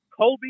Kobe